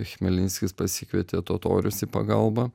chmelnickis pasikvietė totorius į pagalbą